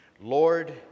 Lord